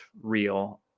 real